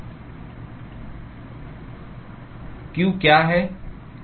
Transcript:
q क्या है